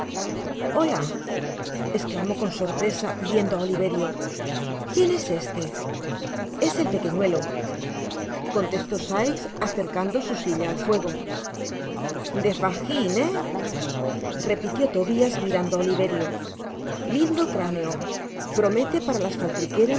ola esclamó con sorpresa viendo á oliverio quién es este es el pequeñuelo contestó sikes acercando su silla al fuego de fagin he repitió tobias mirando á oliverio lindo cráneo promete para las